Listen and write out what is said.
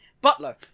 Butler